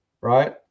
right